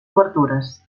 obertures